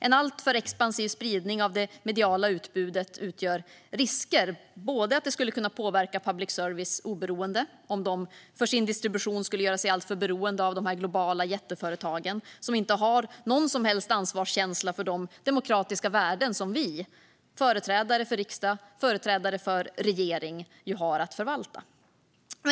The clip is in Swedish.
En alltför expansiv spridning av det mediala utbudet utgör risker att det skulle kunna påverka public services oberoende om den för sin distribution skulle göra sig alltför beroende av de globala jätteföretagen, som inte har någon som helst ansvarskänsla för demokratiska värden som vi, företrädare för riksdag och regering, har att förvalta.